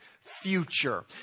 Future